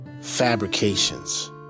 Fabrications